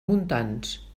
montans